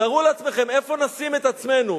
תארו לעצמכם איפה נשים את עצמנו